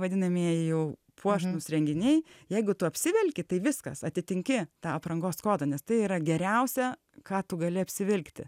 vadinamieji jau puošnūs renginiai jeigu tu apsivelki tai viskas atitinki tą aprangos kodą nes tai yra geriausia ką tu gali apsivilkti